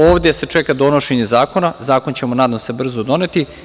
Ovde se čeka donošenje zakona, zakon ćemo nadam se brzo doneti.